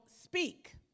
speak